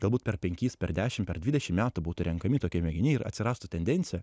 galbūt per penkis per dešim per dvidešim metų būtų renkami tokie mėginiai ir atsirastų tendencija